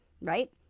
right